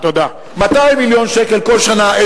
200 מיליון שקל כל שנה,